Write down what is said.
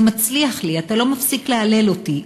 זה מצליח לי, אתה לא מפסיק להלל אותי.